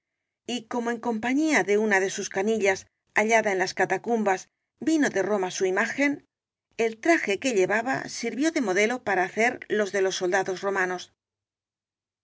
y como en compañía de una de sus canillas hallada en las catacumbas vino de roma su imagen el traje que llevaba sirvió de mo delo para hacer los de los soldados romanos